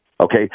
okay